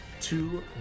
Two